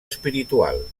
espiritual